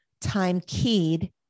time-keyed